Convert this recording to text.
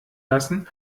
lassen